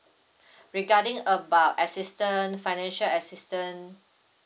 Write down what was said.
regarding about assistance financial assistance